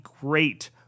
great